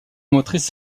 motrices